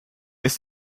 ist